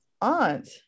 aunt